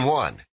one